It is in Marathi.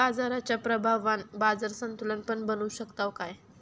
बाजाराच्या प्रभावान बाजार संतुलन पण बनवू शकताव काय?